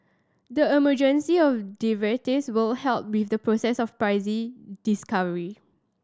the emergence of derivatives will help with the process of discovery